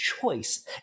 choice